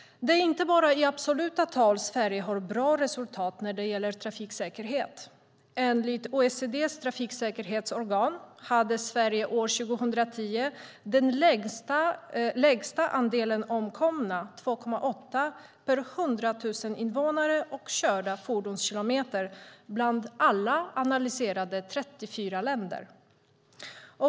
Det är inte bara i absoluta tal Sverige har bra resultat när det gäller trafiksäkerhet. Enligt OECD:s trafiksäkerhetsorgan hade Sverige år 2010 den lägsta andelen omkomna, 2,8 döda per 100 000 invånare och körda fordonskilometer, bland alla analyserade 34 länder.